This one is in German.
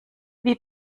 wie